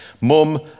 Mum